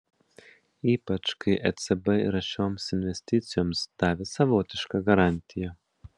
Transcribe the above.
ypač kai ecb yra šioms investicijoms davęs savotišką garantiją